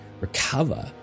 recover